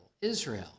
Israel